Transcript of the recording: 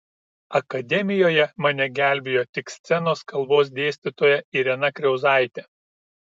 akademijoje mane gelbėjo tik scenos kalbos dėstytoja irena kriauzaitė